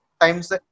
times